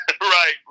Right